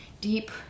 deep